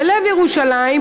בלב ירושלים,